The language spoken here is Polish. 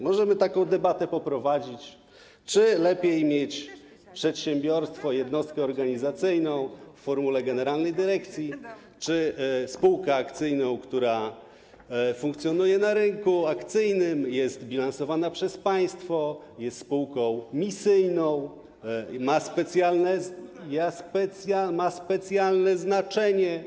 Możemy taką debatę poprowadzić: Czy lepiej mieć przedsiębiorstwo, jednostkę organizacyjną w formule generalnej dyrekcji, czy spółkę akcyjną, która funkcjonuje na rynku akcyjnym, jest bilansowana przez państwo, jest spółką misyjną, ma specjalne znaczenie.